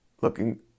looking